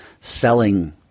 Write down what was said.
selling